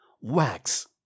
Wax